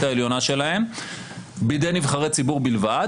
העליונה שלהן בידי נבחרי ציבור בלבד,